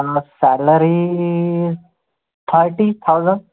मग salary thirty thousand